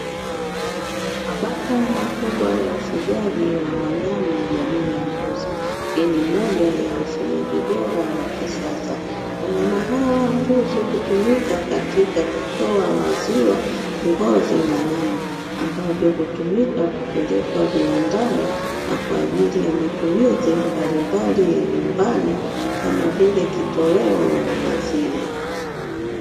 Mabanda makubwa ya ufugaji wa wanyama jamii ya mbuzi, hii ni moja ya ufugaji bora wa kisasa. Wanyama hawa mbuzi hutumika katika kutoa maziwa, ngozi na nyama; ambavyo hutumika kupelekwa viwandani na kwa ajili ya matumizi mbalimbali ya nyumbani kama vile kitoweo na maziwa.